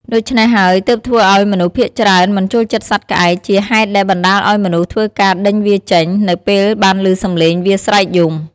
ដូច្នេះហើយទើបធ្វើឱ្យមនុស្សភាគច្រើនមិនចូលចិត្តសត្វក្អែក ជាហេតុដែលបណ្តាលឲ្យមនុស្សធ្វើការដេញវាចេញ នៅពេលបានឮសម្លេងវាស្រែកយំ។